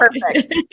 Perfect